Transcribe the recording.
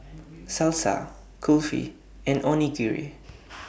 Salsa Kulfi and Onigiri